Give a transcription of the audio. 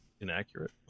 inaccurate